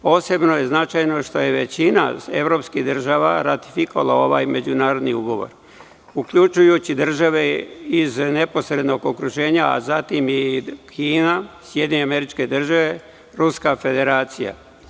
Posebno je značajno što je većina evropskih država ratifikovala ovaj međunarodni ugovor, uključujući države iz neposrednog okruženja, a zatim i Kina, SAD, Ruska Federacija.